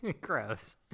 Gross